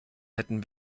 hätten